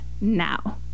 now